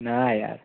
ના યાર